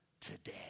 today